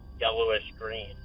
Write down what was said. yellowish-green